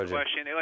question